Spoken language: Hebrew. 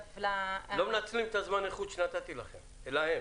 לא מנצלים את זמן האיכות שנתתים להם.